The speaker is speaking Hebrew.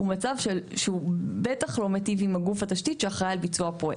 הוא מצב שבטח לא מיטיב עם גוף התשתית שאחראי על ביצוע הפרויקט.